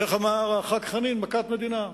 איך אמר חבר הכנסת חנין?